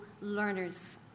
learners